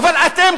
אבל אתם,